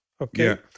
okay